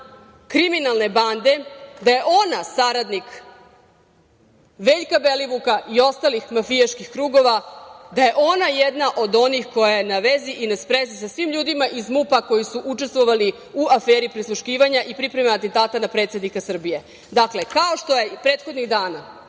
kriminalne bande, da je ona saradnik Veljka Belivuka i ostalih mafijaških krugova, da je ona jedna od onih koja je na vezi i na sprezi sa svim ljudima iz MUP-a, koji su učestvovali u aferi prisluškivanja i pripreme atentata na predsednika Srbije. Dakle, kao što je i prethodnih dana